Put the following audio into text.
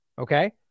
Okay